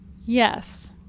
Yes